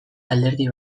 alderdi